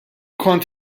kont